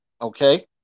Okay